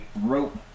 rope